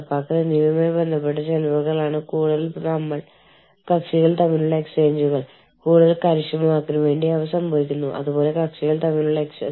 അതിനാൽ ഓർഗനൈസേഷന് സജീവമായി മുൻകൈയെടുക്കാനും പ്രോഗ്രാമുകൾ സജീവമായി വികസിപ്പിക്കാനും മികച്ച കഴിവുകൾ നേടാനും അത് നിലനിർത്താനും ജീവനക്കാരെ സഹായിക്കാനും അവരുടെ കഴിവുകൾ വികസിപ്പിക്കാനും കഴിയും